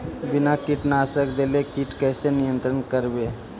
बिना कीटनाशक देले किट कैसे नियंत्रन करबै?